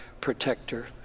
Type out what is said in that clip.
protector